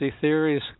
theories